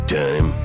time